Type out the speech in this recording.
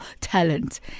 talent